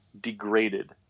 degraded